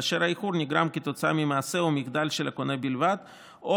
כאשר האיחור נגרם כתוצאה ממעשה או מחדל של הקונה בלבד או